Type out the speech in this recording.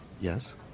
yes